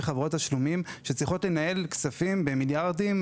של חברות תשלומים שצריכות לנהל כספים של לקוחות במיליארדים,